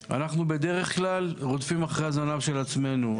בדרך כלל אנחנו רודפים אחרי הזנב של עצמנו.